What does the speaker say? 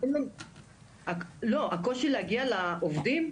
לא, הקושי להגיע לעובדים,